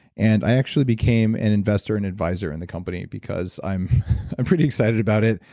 and i actually became an investor and advisor in the company because i'm i'm pretty excited about it.